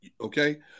okay